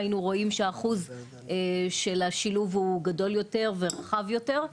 היינו רואים שאחוז של השילוב הוא גדול יותר ורחב יותר.